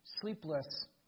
Sleepless